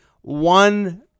one